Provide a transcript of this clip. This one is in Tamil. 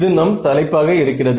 இது நம் தலைப்பாக இருக்கிறது